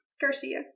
Garcia